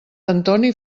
antoni